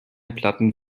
platten